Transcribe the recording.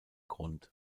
grund